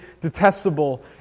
detestable